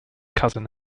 cousin